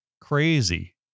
crazy